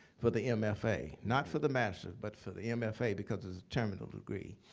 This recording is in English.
for the mfa, not for the master's, but for the mfa, because it was a terminal degree.